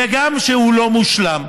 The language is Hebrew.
וגם כשהוא לא מושלם.